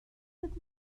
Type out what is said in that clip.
ydy